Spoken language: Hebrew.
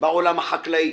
בעולם החקלאי.